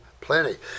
Plenty